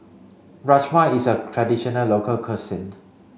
Rajma is a traditional local cuisine